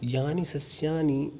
यानि सस्यानि